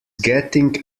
getting